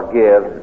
give